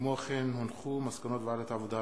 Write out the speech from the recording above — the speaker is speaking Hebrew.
כמו כן הונחו מסקנות ועדת העבודה,